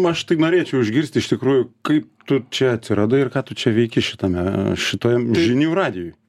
aš tai norėčiau išgirst iš tikrųjų kaip tu čia atsiradai ir ką tu čia veiki šitame šitam žinių radijuj